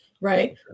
right